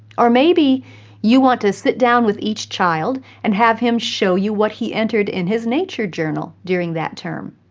or maybe you want to sit down with each child and have him show you what he entered in his nature journal during the term.